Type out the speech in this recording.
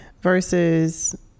versus